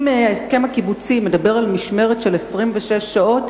אם ההסכם הקיבוצי מדבר על משמרת של 26 שעות,